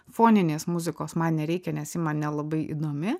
foninės muzikos man nereikia nes ji man nelabai įdomi